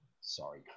Sorry